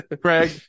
Craig